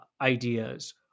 ideas